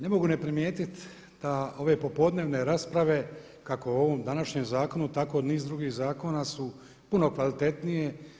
Ne mogu ne primijetiti da ove popodnevne rasprave kako o ovom današnjem zakonu tako o niz drugih zakona su puno kvalitetnije.